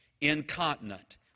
incontinent